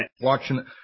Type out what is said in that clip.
watching